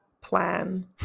plan